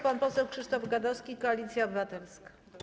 Pan poseł Krzysztof Gadowski, Koalicja Obywatelska.